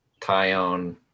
tyone